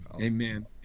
Amen